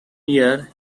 year